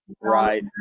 Right